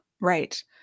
right